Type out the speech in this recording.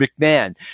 McMahon